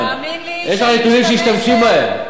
יש לך נתונים שתשתמשי בהם.